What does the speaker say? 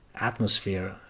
atmosphere